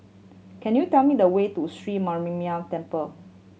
can you tell me the way to Sri Mariamman Temple